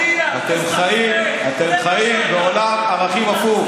סכסכן, עלק השר המקשר.